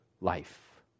life